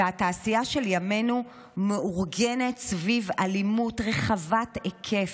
והתעשייה של ימינו מאורגנים סביב אלימות רחבת היקף,